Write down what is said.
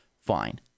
Fine